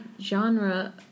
genre